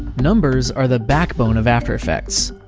numbers are the backbone of after effects.